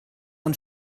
und